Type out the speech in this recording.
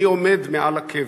מי עומד מעל הקבר.